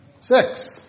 Six